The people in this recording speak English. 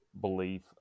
belief